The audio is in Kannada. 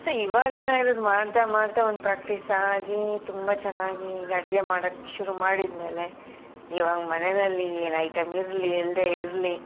ಸೊ ಇವಾಗ ಏನಾಗಿರೋದು ಮಾಡ್ತಾ ಮಾಡ್ತಾ ಒಂದು ಪ್ರ್ಯಾಕ್ಟೀಸ್ ಆಗಿ ತುಂಬ ಚೆನ್ನಾಗಿ ಈಗ ಅಡುಗೆ ಮಾಡಕ್ಕೆ ಶುರು ಮಾಡಿದ ಮೇಲೆ ಇವಾಗ ಮನೆಯಲ್ಲಿ ಏನು ಐಟಮ್ ಇರಲಿ ಇಲ್ಲದೇ ಇರಲಿ